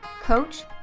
coach